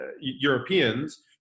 Europeans